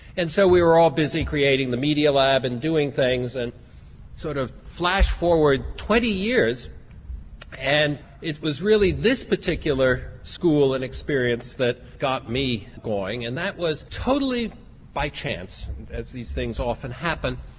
and so we were all busy creating the media lab and doing things and sort of flash forward twenty years and it was really this particular school and experience that got me going and that was totally by chance as these things often happen.